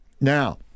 Now